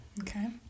Okay